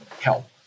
help